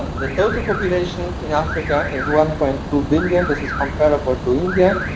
the total population in africa is one point two billion. this is comparable to india.